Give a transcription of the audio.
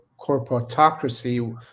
corporatocracy